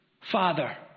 Father